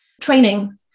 Training